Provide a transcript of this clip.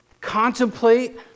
contemplate